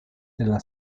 della